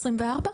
ה-24?